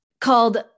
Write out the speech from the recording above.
called